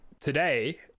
today